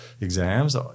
exams